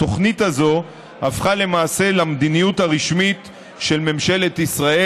התוכנית הזאת הפכה למעשה למדיניות הרשמית של ממשלת ישראל,